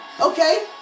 Okay